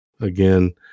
again